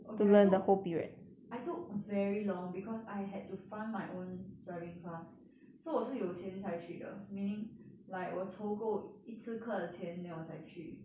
okay I took I took very long because I had to fund my own driving class so 我是有钱才去的 meaning like 我凑够一次课的钱 then 我才去